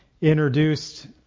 introduced